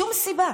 שום סיבה.